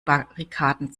barrikaden